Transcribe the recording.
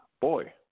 boy